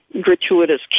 gratuitous